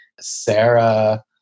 Sarah